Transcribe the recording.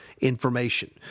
information